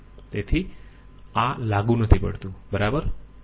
તેથી આ લાગુ નથી પડતું બરાબર